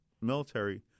military